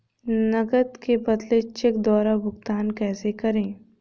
नकद के बदले चेक द्वारा भुगतान कैसे करें?